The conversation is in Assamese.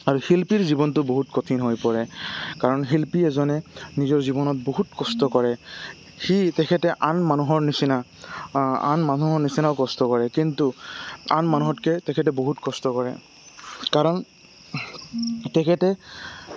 আৰু শিল্পীৰ জীৱনটো বহুত কঠিন হৈ পৰে কাৰণ শিল্পী এজনে নিজৰ জীৱনত বহুত কষ্ট কৰে সি তেখেতে আন মানুহৰ নিচিনা আন মানুহৰ নিচিনাও কষ্ট কৰে কিন্তু আন মানুহতকে তেখেতে বহুত কষ্ট কৰে কাৰণ তেখেতে